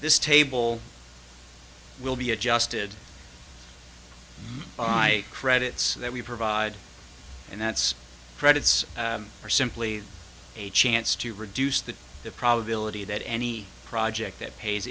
this table will be adjusted by credits that we provide and that's credits are simply a chance to reduce the probability that any project that pays